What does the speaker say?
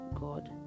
God